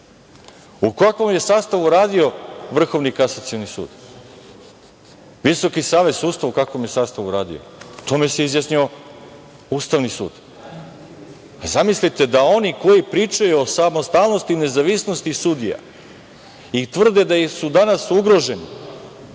kakvom je sastavu radio Vrhovni kasacioni sud? Visoki savet sudstva u kakvom je sastavu radio? O tome se izjasnio Ustavni sud. Zamislite da oni koji pričaju o samostalnosti i nezavisnosti sudija i tvrde da su danas ugroženi,